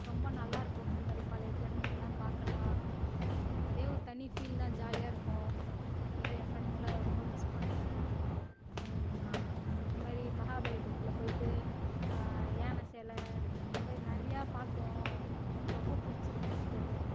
ரொம்ப நல்லாயிருக்கும் இந்தமாதிரி பழைய ஃப்ரெண்டுங்களெலாம் பார்க்கலாம் அதே ஒரு தனி ஃபீல் தான் ஜாலியாக இருக்கும் இந்தமாரி என் ஃப்ரெண்டுங்களெலாம் ரொம்ப மிஸ் பண்ணுறேன் இந்தமாரி மஹாபலிபுரத்தில் போய்ட்டு யானை செலை இந்தமாரி நிறையா பார்த்தோம் ரொம்ப புடிச்சு இருந்தது